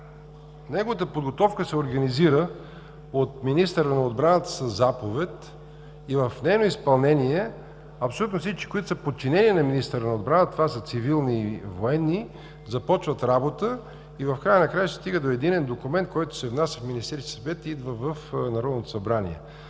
на този доклад се организира от министъра на отбраната със заповед. В нейно изпълнение абсолютно всички, които са подчинени на министъра на отбраната – това са цивилни и военни, започват работа и в края на краищата стигат до единен документ, който се внася в Министерския съвет и идва в Народното събрание.